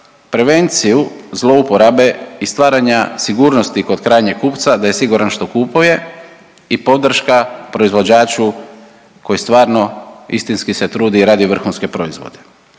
prevenciju zlouporabe i stvaranja sigurnosti kod krajnjeg kupca da je siguran što kupuje i podrška proizvođaču koji stvarno istinski se trudi i radi vrhunske proizvode.